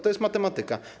To jest matematyka.